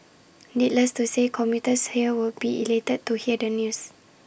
needless to say commuters here will be elated to hear the news